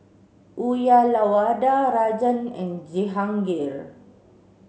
Uyyalawada Rajan and Jehangirr